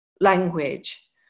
language